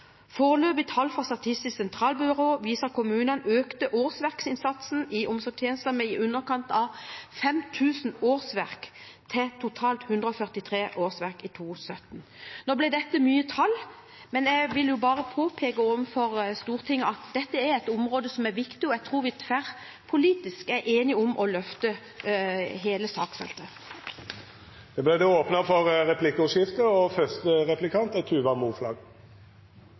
tall fra Statistisk sentralbyrå viser at kommunene økte årsverksinnsatsen i omsorgstjenesten med i underkant av 5 000 årsverk til totalt 143 000 årsverk i 2017. Nå ble dette mye tall, men jeg vil bare påpeke overfor Stortinget at dette er et område som er viktig, og jeg tror vi tverrpolitisk er enige om å løfte hele saksfeltet. Det vert replikkordskifte. Noe av det som forslagsstillerne her er